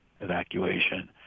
evacuation